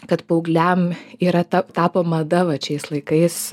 kad paaugliam yra ta tapo mada vat šiais laikais